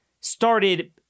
started